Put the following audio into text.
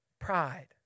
pride